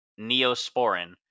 Neosporin